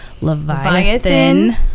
Leviathan